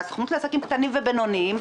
בסוכנות לעסקים קטנים ובינוניים,